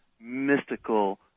mystical